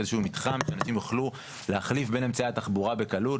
איזה שהוא מתחם שאנשים יוכלו להחליף בין אמצעי התחבורה בקלות,